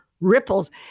ripples